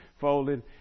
folded